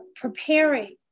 preparing